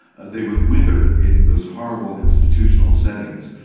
they would wither in those horrible institutional settings.